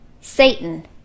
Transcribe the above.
Satan